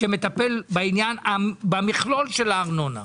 שמטפל במכלול של הארנונה,